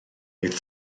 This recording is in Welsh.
oedd